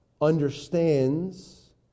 understands